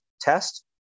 test